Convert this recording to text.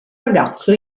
ragazzo